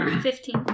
Fifteen